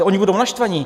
Oni budou naštvaní.